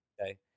okay